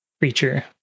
creature